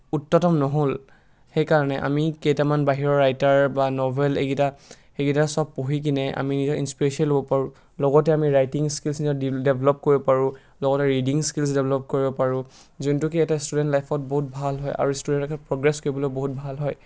উত্তম নহ'ল সেইকাৰণে আমি কেইটামান বাহিৰৰ ৰাইটাৰ বা ন'ভেল এইকেইটা এইকেইটা সব পঢ়ি কিনে আমি ইনস্পিৰেশ্যন ল'ব পাৰোঁ লগতে আমি ৰাইটিং স্কিলছকেইটা ডেভেলপ কৰিব পাৰোঁ লগতে ৰিডিং স্কিলছ ডেভেলপ কৰিব পাৰোঁ যোনটো কি এটা ষ্টুডেণ্ট লাইফত বহুত ভাল হয় আৰু ষ্টুডেণ্ট লাইফত প্ৰগ্ৰেছ কৰিব কৰিবলৈ বহুত ভাল হয়